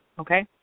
Okay